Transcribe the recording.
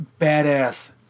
badass